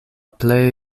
plej